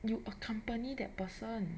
you accompany that person